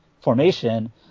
formation